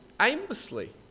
aimlessly